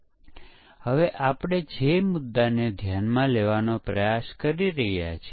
અને જો તેને લાગે છે કે પ્રોગ્રામ નિષ્ફળ ગયો છે તો તે એક પરીક્ષણ અહેવાલ તૈયાર કરે છે